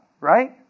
Right